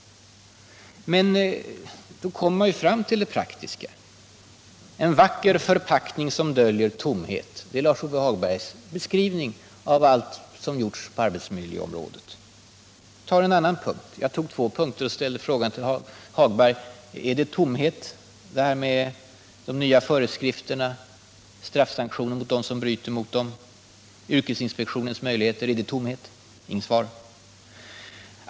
Men man kommer ju till slut fram till det praktiska. ”En vacker förpackning som döljer tomhet” är Lars-Ove Hagbergs beskrivning av allt som har gjorts på arbetsmiljöområdet. Jag ställde en fråga till Lars-Ove Hagberg: Är det tomhet, det här med de nya föreskrifterna, straffsanktionerna mot dem som inte följer föreskrifterna, och yrkesinspektionens möjligheter? Det blev inget svar.